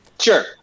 Sure